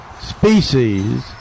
species